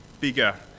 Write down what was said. bigger